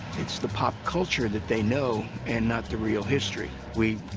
it's the pop culture that they know and not the real history. we,